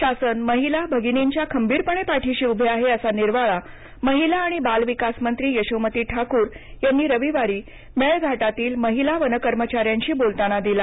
शासन महिला भगिनींच्या खंबीरपणे पाठीशी उभे आहे असा निर्वाळा महिला आणि बालविकासमंत्री यशोमती ठाकूर यांनी रविवारी मेळघाटातील महिला वनकर्मचाऱ्यांशी बोलताना दिला